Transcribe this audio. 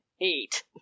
Eight